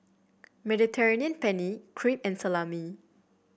Mediterranean Penne Crepe and Salami